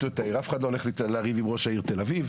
ואף אחד לא הולך לריב עם ראש העיר תל אביב,